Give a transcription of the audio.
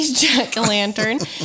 jack-o'-lantern